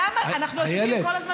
למה אנחנו עסוקים כל הזמן ברמיזה?